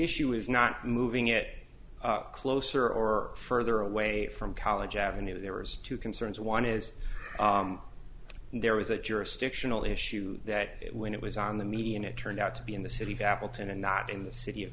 issue is not moving it closer or further away from college avenue there are two concerns one is there was a jurisdictional issue that when it was on the median it turned out to be in the city of appleton and not in the city of